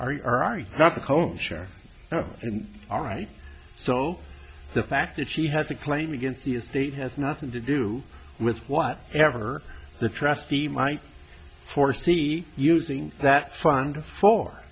or ari ari not the coach or all right so the fact that she has a claim against the estate has nothing to do with what ever the trustee might for see using that fund for